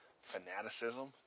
fanaticism